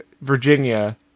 Virginia